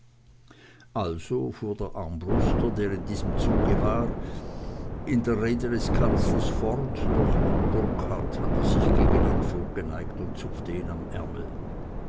also fuhr der armbruster der im besten zuge war in der rede des kanzlers fort doch herr burkhard hatte sich gegen ihn vorgeneigt und zupfte ihn am ärmel